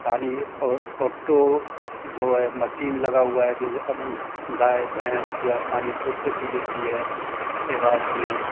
पानी और ऑटो जो है मशीन लगा हुआ है जो अब उंग गाय भैंस जो है पानी ख़ुद से पी लेती है इसके बाद में